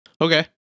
Okay